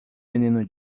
menino